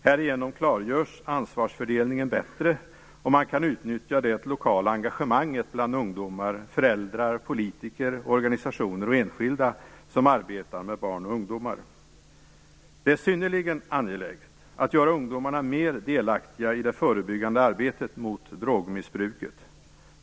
Härigenom klargörs ansvarsfördelningen bättre, och man kan utnyttja det lokala engagemanget bland ungdomar, föräldrar, politiker, organisationer och enskilda som arbetar med barn och ungdomar. Det är synnerligen angeläget att göra ungdomarna mer delaktiga i det förebyggande arbetet mot drogmissbruket.